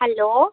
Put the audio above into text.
hello